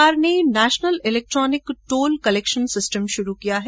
सरकार ने national electronic toll collection system शुरू किया है